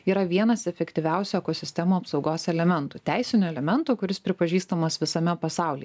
yra vienas efektyviausių ekosistemų apsaugos elementų teisinio elemento kuris pripažįstamas visame pasauly